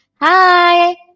Hi